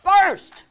first